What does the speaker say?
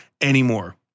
anymore